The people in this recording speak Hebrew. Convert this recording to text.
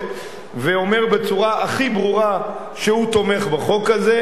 ואומר בצורה הכי ברורה שהוא תומך בחוק הזה,